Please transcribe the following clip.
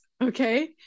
Okay